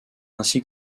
ainsi